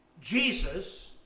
Jesus